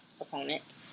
opponent